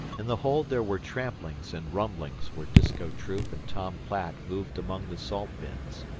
in the hold there were tramplings and rumblings where disko troop and tom platt moved among the salt-bins.